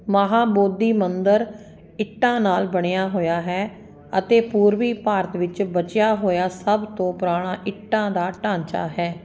ਮਹਾਂਬੋਧੀ ਮੰਦਰ ਇੱਟਾਂ ਨਾਲ ਬਣਿਆ ਹੋਇਆ ਹੈ ਅਤੇ ਪੂਰਬੀ ਭਾਰਤ ਵਿੱਚ ਬਚਿਆ ਹੋਇਆ ਸਭ ਤੋਂ ਪੁਰਾਣਾ ਇੱਟਾਂ ਦਾ ਢਾਂਚਾ ਹੈ